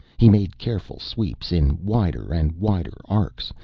he made careful sweeps in wider and wider arcs,